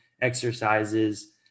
exercises